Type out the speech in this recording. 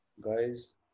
Guys